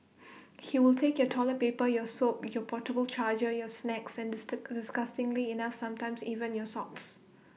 he will take your toilet paper your soap your portable charger your snacks and disgustingly enough sometimes even your socks